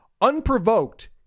unprovoked